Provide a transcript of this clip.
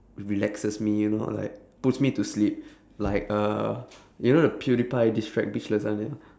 relaxes me you know puts like me to sleep like uh you know the pewdiepie this track bitch lasagna